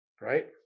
right